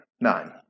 Nine